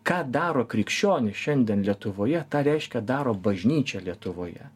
ką daro krikščionys šiandien lietuvoje tą reiškia daro bažnyčia lietuvoje